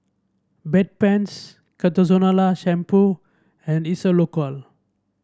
Bedpans Ketoconazole Shampoo and Isocal